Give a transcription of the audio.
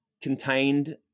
contained